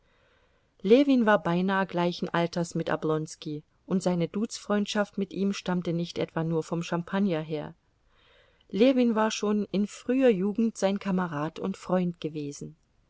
ljewin war beinah gleichen alters mit oblonski und seine duzfreundschaft mit ihm stammte nicht etwa nur vom champagner her ljewin war schon in früher jugend sein kamerad und freund gewesen